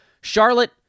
Charlotte